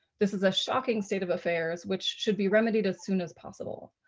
this is a shocking state of affairs, which should be remedied as soon as possible.